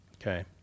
Okay